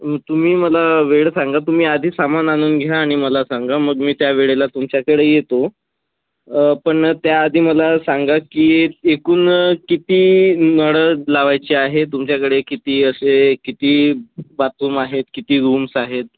तुम्ही मला वेळ सांगा तुम्ही आधी सामान आणून घ्या आणि मला सांगा मग मी त्या वेळेला तुमच्याकडे येतो पण त्याआधी मला सांगा की एकूण किती नळ लावायचे आहे तुमच्याकडे किती असे किती बाथरूम आहे किती रूम्स आहेत